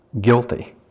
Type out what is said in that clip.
guilty